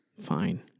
Fine